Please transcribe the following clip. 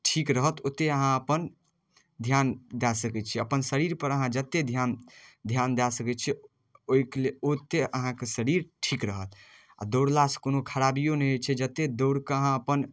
ठीक रहत ओतेक अहाँ अपन धिआन दऽ सकै छिए अपन शरीरपर अहाँ जतेक धिआन धिआन दऽ सकै छिए ओहिके लेल ओतेक अहाँके शरीर ठीक रहत आओर दौड़लासँ कोनो खराबिओ नहि होइ छै जतेक दौड़कऽ अहाँ अपन